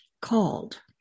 called